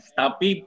tapi